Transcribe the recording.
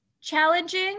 Challenging